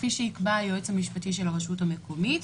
כפי שיקבע היועץ המשפטי של הרשות המקומית,